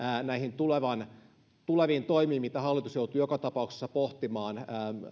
näihin tuleviin toimiin mitä hallitus joutuu joka tapauksessa pohtimaan